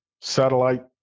satellite